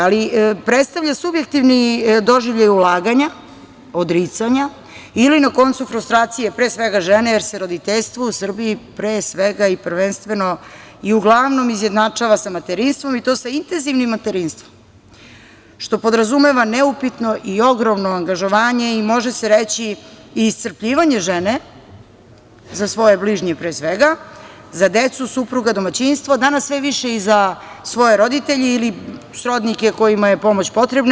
Ali, predstavlja subjektivni doživljaj ulaganja, odricanja ili na kom su frustracije pre svega žene jer se roditeljstvu u Srbiji pre svega i prvenstveno i uglavnom izjednačava sa materinstvom i to sa intenzivnim materinstvom, što podrazumeva neupitno i ogromno angažovanje i može se reći i iscrpljivanje žene za svoje bližnje pre svega, za decu, supruga, domaćinstvo, danas sve više i za svoje roditelje ili srodnike kojima je pomoć potrebna.